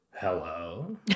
hello